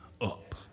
up